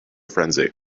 frenzy